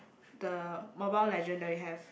the Mobile Legend that we have